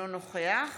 אינו נוכח